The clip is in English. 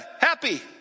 happy